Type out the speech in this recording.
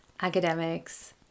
academics